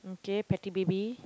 okay petty B_B